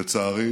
לצערי